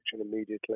immediately